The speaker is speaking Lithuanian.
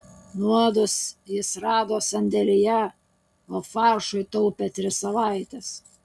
nuodus jis rado sandėlyje o faršui taupė tris savaites